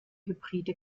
hybride